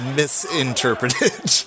misinterpreted